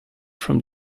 from